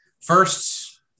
First